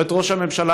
ולא את ראש הממשלה,